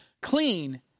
clean